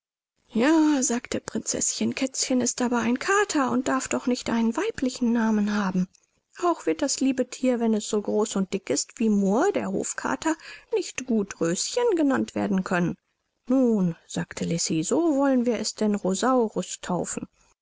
ja sagte prinzeßchen kätzchen ist aber ein kater und darf doch nicht einen weiblichen namen haben auch wird das liebe thier wenn es so groß und dick ist wie murr der hofkater nicht gut röschen genannt werden können nun sagte lisi so wollen wir es denn rosaurus taufen